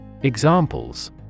Examples